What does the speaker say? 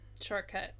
shortcut